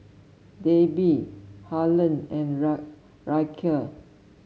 Debbie Harlen and Ryker